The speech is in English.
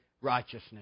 righteousness